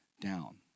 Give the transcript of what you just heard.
down